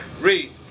Read